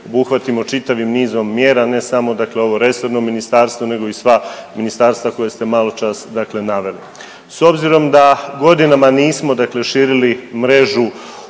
obuhvatimo čitavim nizom mjera, ne samo dakle ovo resorno ministarstvo nego i sva ministarstva koja ste maločas dakle naveli. S obzirom da godinama nismo dakle širili mrežu